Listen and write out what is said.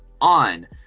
on